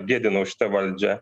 gėdinau šitą valdžią